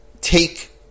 take